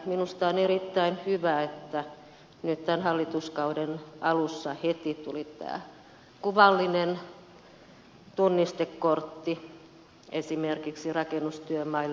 minusta on erittäin hyvä että nyt tämän hallituskauden alussa heti tuli tämä kuvallinen tunnistekortti esimerkiksi rakennustyömaille